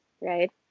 right